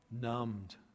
numbed